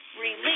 release